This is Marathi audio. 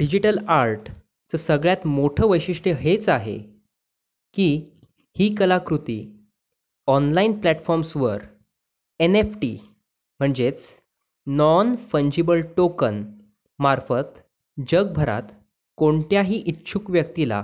डिजिटल आर्टचं सगळ्यात मोठं वैशिष्ट्य हेच आहे की ही कलाकृती ऑनलाईन प्लॅटफॉम्सवर एन एफ टी म्हणजेच नॉन फंचिबल टोकनमार्फत जगभरात कोणत्याही इच्छुक व्यक्तीला